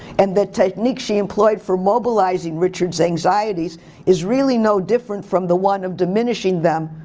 and the technique she employed for mobilizing richard's anxieties is really no different from the one of diminishing them.